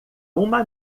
uma